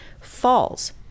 falls